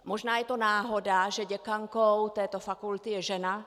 Možná je to náhoda, že děkankou této fakulty je žena.